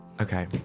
Okay